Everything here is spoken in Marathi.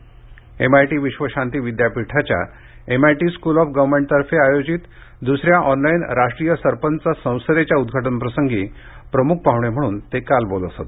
एमआयटी विश्व शांती विद्यापीठाच्या एमआयटी स्कूल ऑफ गव्हर्नमेंटेतर्फे आयोजित दुसऱ्या ऑनलाईन राष्ट्रीय सरपंच संसदे च्या उद्घाटन प्रसंगी प्रमुख पाहुणे म्हणून ते काल बोलत होते